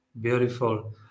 Beautiful